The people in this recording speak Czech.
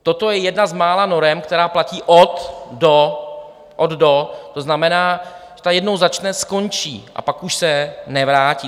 Toto je jedna z mála norem, která platí od do, to znamená, jednou začne, skončí a pak už se nevrátí.